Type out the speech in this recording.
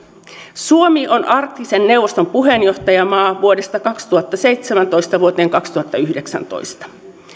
suomi on arktisen neuvoston puheenjohtajamaa vuodesta kaksituhattaseitsemäntoista vuoteen kaksituhattayhdeksäntoista